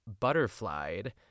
butterflied